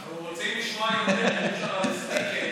אורית, אנחנו שומעים את כל השיחה.